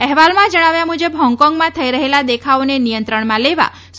અહેવાલમાં જણાવ્યા મુજબ હોંગકોંગમાં થઇ રહેલા દેખાવોને નિયંત્રણમાં લેવા સુ